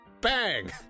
Bang